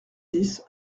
dix